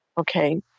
okay